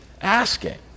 asking